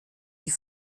die